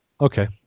Okay